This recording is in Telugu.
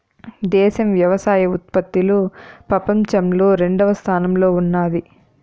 దేశం వ్యవసాయ ఉత్పత్తిలో పపంచంలో రెండవ స్థానంలో ఉన్నాది